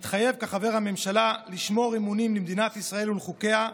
מתחייב כחבר הממשלה לשמור אמונים למדינת ישראל ולחוקיה,